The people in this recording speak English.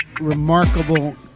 remarkable